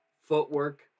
footwork